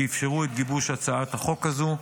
שאפשרו את גיבוש הצעת החוק הזו.